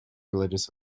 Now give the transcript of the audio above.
religious